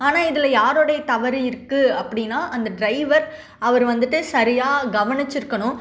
ஆனால் இதில் யாரோடைய தவறு இருக்கு அப்படினா அந்த டிரைவர் அவர் வந்துவிட்டு சரியாக கவனிச்சிருக்கணும்